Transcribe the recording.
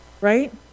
Right